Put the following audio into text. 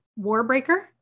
Warbreaker